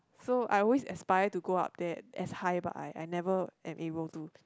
so I always aspire to go up that as high but I I never enable to